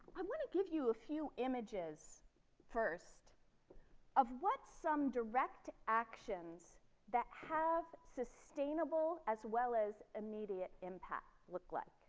um want to give you a few images first of what some direct actions that have sustainable as well as immediate impact look like